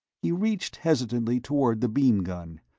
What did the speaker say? he reached hesitantly toward the beam-gun,